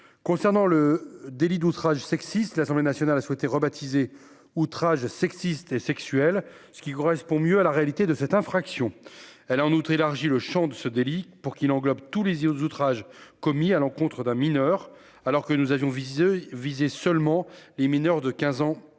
concernant le délit d'outrage sexiste. L'Assemblée nationale a souhaité rebaptiser outrage sexiste et sexuelles ce qui correspond mieux à la réalité de cette infraction. Elle a en outre élargi le Champ de ce délit pour qui l'englobe tous les outrage commis à l'encontre d'un mineur, alors que nous avions visé visait seulement les mineurs de 15 ans et plus.